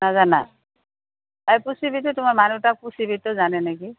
নাজানা তাই পুচিবিটো তোমাৰ মানুহটাক পুচিবিটো জানে নেকি